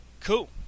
cool